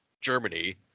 Germany